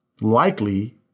likely